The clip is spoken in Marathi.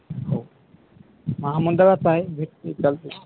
हो महामंडळाचं आहे भेटतं चालतं आहे